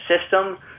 system